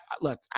look